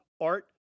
Art